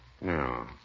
No